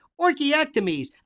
orchiectomies